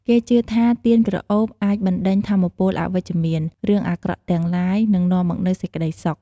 គេជឿថា ទៀនក្រអូបអាចបណ្ដេញថាមពលអវិជ្ជមាន រឿងអាក្រក់ទាំងឡាយ និងនាំមកនូវសេចក្តីសុខ។